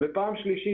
פעם שלישית,